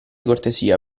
cortesia